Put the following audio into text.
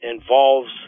involves